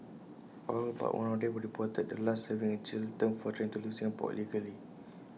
all but one of them were deported the last serving A jail term for trying to leave Singapore illegally